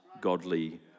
godly